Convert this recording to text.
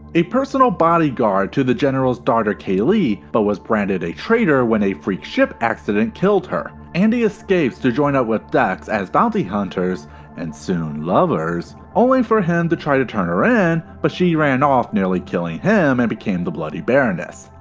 a personal body guard to the general's daughter, kalee, but was branded a traitor when a freak ship accident killed her. andi escapes to join up with dex as bounty hunters and soon lovers. only for him to try to turn her in, but she ran off nearly killing him and became the bloody baroness.